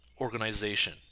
organization